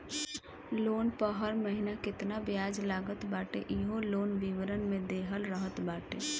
loan पअ हर महिना केतना बियाज लागत बाटे इहो लोन विवरण में देहल रहत बाटे